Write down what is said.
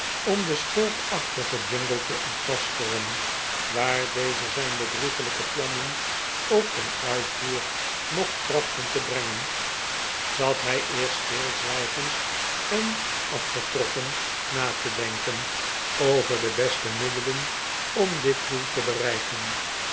om den schurkachtigen jingle te ontmaskeren waar deze zijn bedrieglijke plannen ook ten uitvoer mocht trachten te brengen zat hij eerst stilzwijgend en afgetrokken na te denken over de beste middelen om dit dbel te bereiken